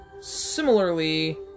similarly